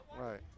Right